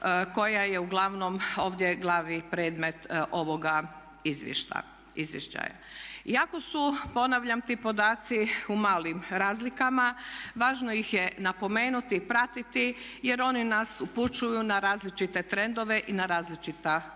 koja je uglavnom ovdje glavni predmet ovoga izvješća. Iako su, ponavljam, ti podaci u malim razlikama, važno ih je napomenuti, pratiti jer oni nas upućuju na različite trendove i na različita kretanja